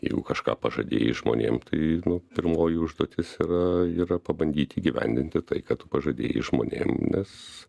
jeigu kažką pažadėjai žmonėm tai nu pirmoji užduotis yra yra pabandyti įgyvendinti tai ką tu pažadėjai žmonėm nes